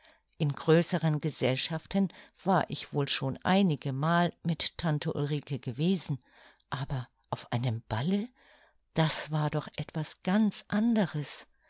in größeren gesellschaften war ich wohl schon einige mal mit tante ulrike gewesen aber auf einem balle das war doch ganz etwas anderes